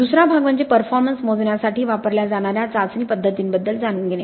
दुसरा भाग म्हणजे परफॉर्मेंस मोजण्यासाठी वापरल्या जाणाऱ्या चाचणी पद्धतींबद्दल जाणून घेणे